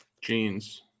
Jeans